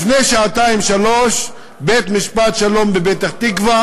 לפני שעתיים-שלוש בית-משפט שלום בפתח-תקווה